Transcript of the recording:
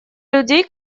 людей